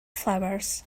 flowers